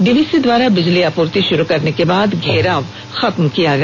DVC द्वारा बिजली आपूर्ति शुरू करने के बाद घेराव खत्म किया गया